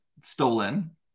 stolen